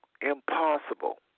impossible